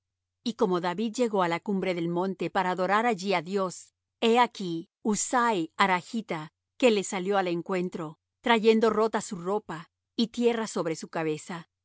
y como david llegó á la cumbre del monte para adorar allí á dios he aquí husai arachta que le salió al encuentro trayendo rota su ropa y tierra sobre su cabeza